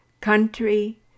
country